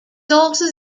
also